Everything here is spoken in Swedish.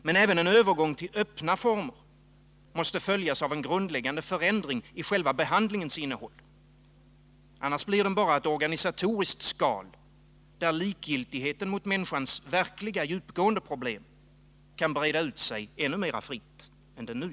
Men även en övergång till öppna former måste följas av en grundläggande förändring i själva behandlingens innehåll. Annars blir den bara ett organisatoriskt skal, där likgiltigheten mot människans verkliga, djupgående problem kan breda ut sig ännu mer fritt än nu.